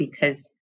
because-